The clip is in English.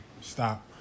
Stop